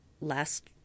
last